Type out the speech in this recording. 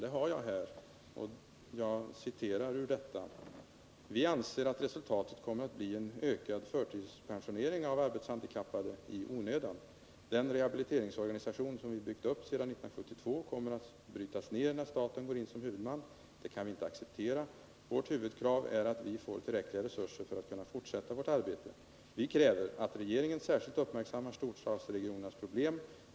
Jag har den här, och jag citerar ur den: ”Vi anser att resultatet kommer att bli en ökad förtidspensionering av arbetshandikappade —- i onödan. Den rehabiliteringsorganisation som vi byggt upp sedan 1972 kommer att brytas ner när staten går in som huvudman. Det kan vi inte acceptera. Vårt huvudkrav är att vi får tillräckliga resurser för att kunna fortsätta vårt arbete. Vi kräver att regeringen särskilt uppmärksammar storstadsregionernas problem.